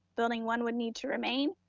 building one would need to remain,